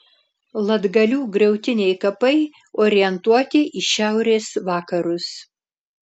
latgalių griautiniai kapai orientuoti į šiaurės vakarus